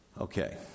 Okay